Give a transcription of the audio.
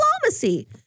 diplomacy